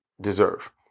deserve